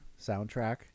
soundtrack